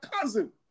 cousin